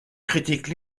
critique